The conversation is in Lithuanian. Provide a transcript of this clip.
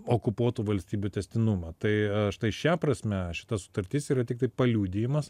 okupuotų valstybių tęstinumą tai štai šia prasme šita sutartis yra tiktai paliudijimas